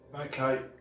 Okay